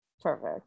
Perfect